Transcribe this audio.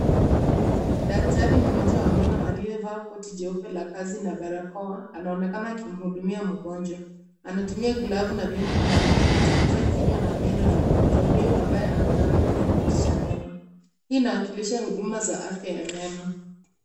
Daktari mmoja wa meno aliyevaa koti jeupe la kazi na barakoa anaonekana akimhudumia mgonjwa. Anatumia glavu na vyombo maalum kuchunguza kinywa na meno ya mgonjwa huyo ambaye amelala kwenye kiti cha meno. Hii inawakilisha huduma za afya ya meno.